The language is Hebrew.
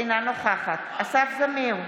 אינה נוכחת אסף זמיר,